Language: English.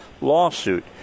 lawsuit